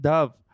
Dove